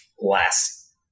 last